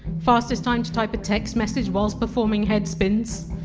fastest time to type a text message while performing head spins.